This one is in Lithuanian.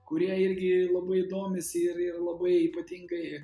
kurie irgi labai domisi ir ir labai ypatingai